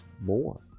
more